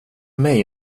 mig